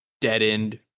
dead-end